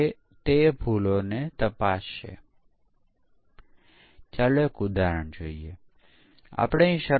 અલબત્ત વધુ સમાનતા વર્ગો હશે ચાલો આપણે તે જોઈએ